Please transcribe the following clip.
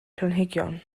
planhigion